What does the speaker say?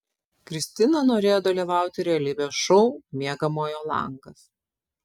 kristina norėjo dalyvauti realybės šou miegamojo langas